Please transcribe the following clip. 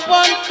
one